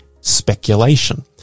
speculation